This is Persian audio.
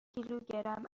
کیلوگرم